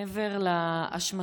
מעבר להשמצות,